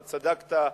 אתה צדקת.